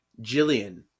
Jillian